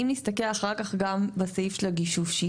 אם נסתכל אחר כך גם בסעיף של הגישושים,